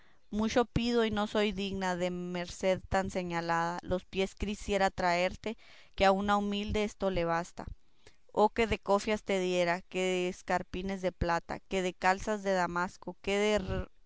mucho pido y no soy digna de merced tan señalada los pies quisiera traerte que a una humilde esto le basta oh qué de cofias te diera qué de escarpines de plata qué de calzas de damasco qué